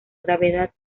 gravedad